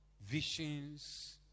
Visions